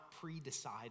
pre-decide